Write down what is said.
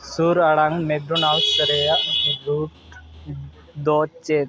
ᱥᱩᱨ ᱟᱲᱟᱝ ᱢᱮᱠᱰᱳᱱᱟᱞᱟᱰᱥ ᱨᱮᱭᱟᱜ ᱨᱩᱴ ᱫᱚ ᱪᱮᱫ